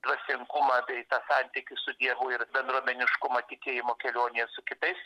dvasingumą tai tą santykį su dievu ir bendruomeniškumą tikėjimo kelionėje su kitais